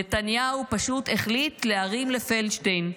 נתניהו פשוט החליט להרים לפדלשטיין.